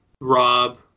Rob